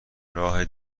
راه